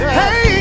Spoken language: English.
hey